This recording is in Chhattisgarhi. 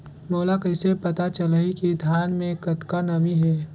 मोला कइसे पता चलही की धान मे कतका नमी हे?